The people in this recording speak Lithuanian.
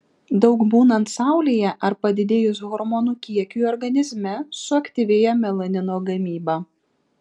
daug būnant saulėje ar padidėjus hormonų kiekiui organizme suaktyvėja melanino gamyba